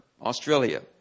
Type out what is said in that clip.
Australia